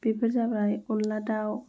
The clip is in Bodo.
बेफोर जाबाय अनद्ला दाउ